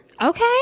okay